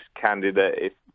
candidate